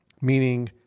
meaning